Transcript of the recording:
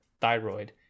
thyroid